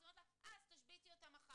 אז היא אומרת לה, אה, אז תשביתי אותה מחר.